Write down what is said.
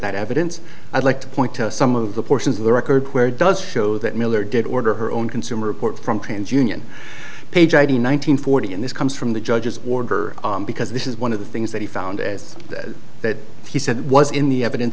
that evidence i'd like to point to some of the portions of the record where does show that miller did order her own consumer report from trans union page eighty nine hundred forty and this comes from the judge's order because this is one of the things that he found as that he said was in the evidence